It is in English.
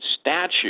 statute